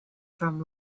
from